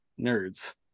nerds